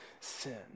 sin